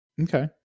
Okay